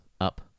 up